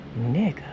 Nigga